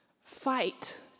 fight